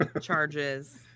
Charges